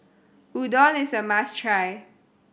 Udon is a must try